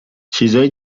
چیزهای